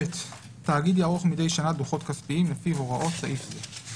(ב) תאגיד יערוך מדי שנה דוחות כספיים לפי הוראות סעיף זה.